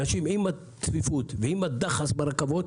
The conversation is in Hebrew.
אנשים עם הצפיפות ועם הדחס ברכבות,